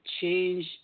change